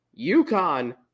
UConn